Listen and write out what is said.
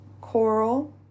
coral